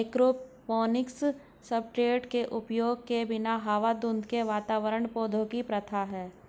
aeroponics substrate के उपयोग के बिना हवा धुंध के वातावरण पौधों की प्रथा है